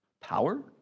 power